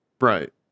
Right